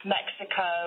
Mexico